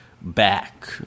back